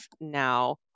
now